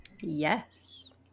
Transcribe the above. yes